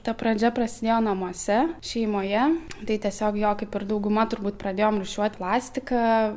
ta pradžia prasidėjo namuose šeimoje tai tiesiog jo kaip ir dauguma turbūt pradėjom rūšiuot plastiką